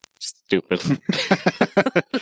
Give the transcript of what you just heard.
Stupid